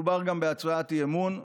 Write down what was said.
מדובר גם בהצעת אי-אמון,